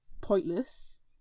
pointless